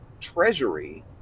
treasury